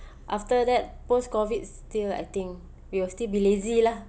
after that post COVID still I think we will still be lazy lah